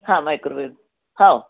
हां मायक्रोवेव हो